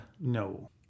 No